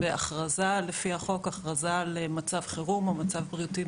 שצריך מכוחו הכרזה שעומדת לפיקוח פרלמנטרי במנגנונים